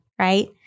Right